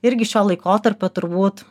irgi šio laikotarpio turbūt